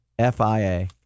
FIA